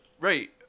Right